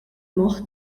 moħħ